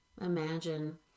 Imagine